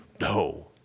No